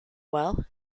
well